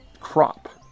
crop